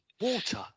Water